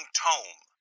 tome